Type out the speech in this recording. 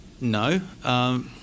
No